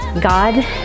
God